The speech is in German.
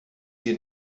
die